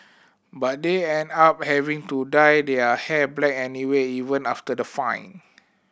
but they end up having to dye their hair black anyway even after the fine